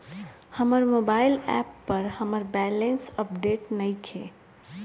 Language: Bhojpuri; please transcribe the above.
हमर मोबाइल ऐप पर हमर बैलेंस अपडेट नइखे